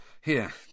Here